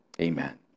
Amen